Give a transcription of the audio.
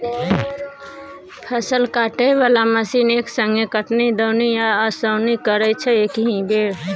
फसल काटय बला मशीन एक संगे कटनी, दौनी आ ओसौनी करय छै एकहि बेर